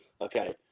okay